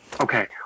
Okay